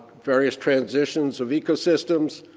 various transitions of ecosystems.